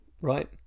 right